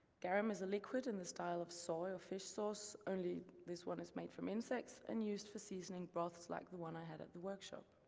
garum is a liquid in the style of soy or fish sauce only this one is made from insects and used for seasoning broths like the one i had at the workshop.